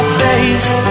face